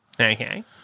okay